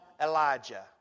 Elijah